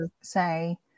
say